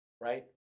right